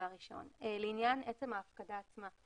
לעניין עצם ההפקדה עצמה.